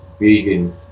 vegan